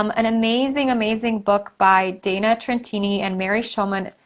um an amazing, amazing, book by dana trentini and mary shomon,